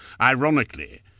Ironically